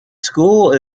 school